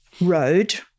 road